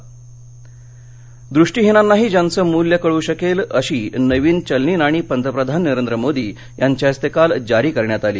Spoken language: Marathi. नवी नाणी दृष्टिहिनांनाही ज्यांचं मूल्य कळू शकेल अशी नवी चलनी नाणी पंतप्रधान नरेंद्र मोदी यांच्या हस्ते काल जारी करण्यात आली